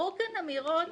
נאמרו כאן אמירות